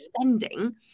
spending